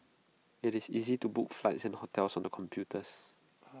IT is easy to book flights and hotels on the computers